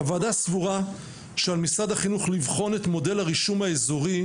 הוועדה סבורה שעל משרד החינוך לבחון את מודל הרישום האזורי,